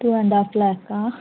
two and half lakh